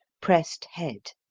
pressed head.